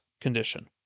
condition